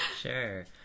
Sure